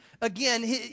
again